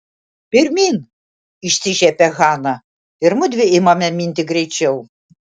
pirmyn išsišiepia hana ir mudvi imame minti greičiau